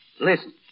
Listen